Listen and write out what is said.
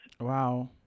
Wow